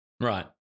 Right